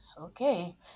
Okay